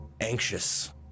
anxious